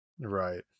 Right